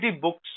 books